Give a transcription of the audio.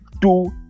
two